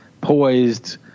poised